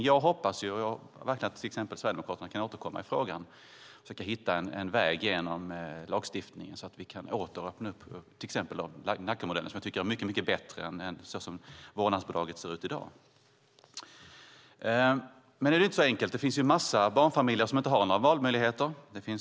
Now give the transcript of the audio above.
Men jag hoppas att exempelvis Sverigedemokraterna kan återkomma i frågan och försöka hitta en väg genom lagstiftningen så att vi åter kan öppna upp till exempel för Nackamodellen som jag tycker är mycket bättre än vårdnadsbidraget som detta i dag ser ut. Dock är det inte så enkelt. Det finns en massa barnfamiljer som inte har några valmöjligheter.